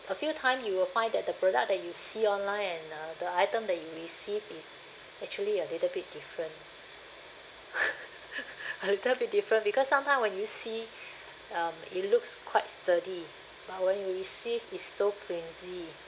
a few time you will find that the product that you see online and uh the item that you receive is actually a little bit different a little bit different because sometime when you see um it looks quite sturdy but when you receive is so flimsy